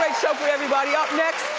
like show for everybody. up next,